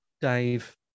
Dave